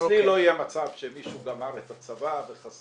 אצלי לא יהיה מצב שמישהו גמר את הצבא וחסר